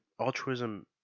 altruism